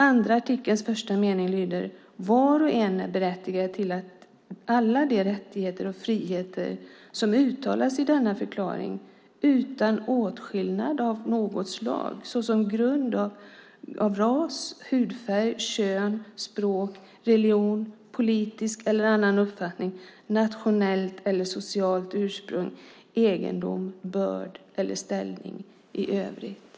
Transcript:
Andra artikelns första mening lyder: "Var och en är berättigad till alla de rättigheter och friheter som uttalas i denna förklaring utan åtskillnad av något slag, såsom på grund av ras, hudfärg, kön, språk, religion, politisk eller annan uppfattning, nationellt eller socialt ursprung, egendom, börd eller ställning i övrigt."